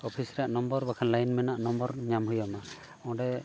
office ᱨᱮᱭᱟᱜ number ᱵᱟᱠᱷᱟᱱ line ᱢᱮᱱᱟᱜ ᱱᱚᱢᱵᱚᱨ ᱧᱟᱢ ᱦᱩᱭᱟᱢᱟ ᱚᱸᱰᱮ